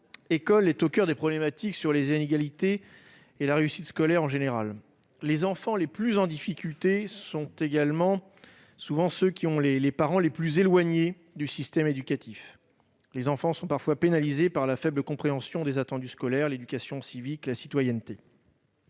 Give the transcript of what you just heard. parents-école est au coeur des problématiques sur les inégalités et la réussite scolaire en général. Les enfants les plus en difficulté sont souvent ceux qui ont les parents les plus éloignés du système éducatif, car ils sont parfois pénalisés par la faible compréhension des attendus scolaires, de l'éducation civique, de la citoyenneté.